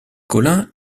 colin